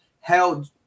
held